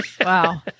wow